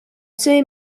see